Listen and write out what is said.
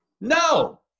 No